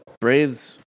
Braves